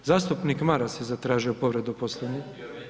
Zastupnik Maras je zatražio povredu Poslovnika.